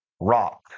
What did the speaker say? rock